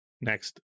next